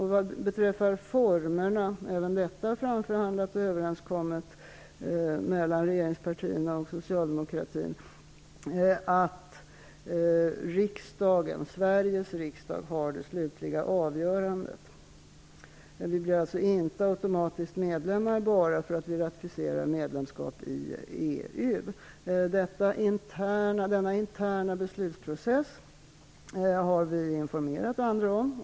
Även formerna för detta är framförhandlade, och det är överenskommet mellan regeringspartierna och socialdemokratin att Sveriges riksdag har det slutliga avgörandet. Sverige blir alltså inte automatiskt medlem därför att Sverige ratificerar medlemskap i EU. Denna interna beslutsprocess har vi informerat om.